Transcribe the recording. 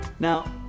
Now